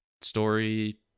story